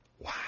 Wow